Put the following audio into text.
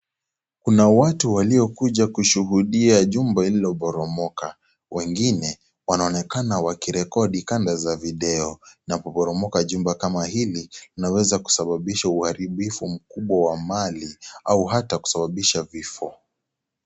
Kuna watu waliokuja kushuhudia jumba ililoboromoka. Wengine, wanaonekana wakirekodi kanda za video, inapoboromoka jumba kama hili, inaweza kusababisha uharibifu mkubwa wa mali, au hata kusababisha vifo.